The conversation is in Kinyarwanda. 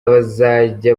bazajya